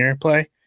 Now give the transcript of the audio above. play